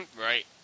Right